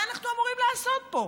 מה אנחנו אמורים לעשות פה?